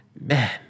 Man